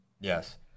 Yes